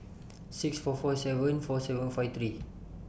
six four four seven four seven five three